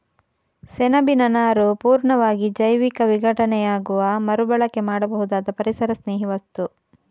ಸೆಣಬಿನ ನಾರು ಪೂರ್ಣವಾಗಿ ಜೈವಿಕ ವಿಘಟನೆಯಾಗುವ ಮರು ಬಳಕೆ ಮಾಡಬಹುದಾದ ಪರಿಸರಸ್ನೇಹಿ ವಸ್ತು